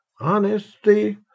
honesty